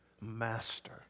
master